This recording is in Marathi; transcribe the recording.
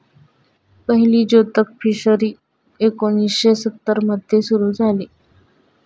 पहिली जोतक फिशरी एकोणीशे सत्तर मध्ये सुरू झाली